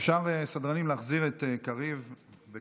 אפשר להחזיר את חברי הכנסת קריב וכסיף.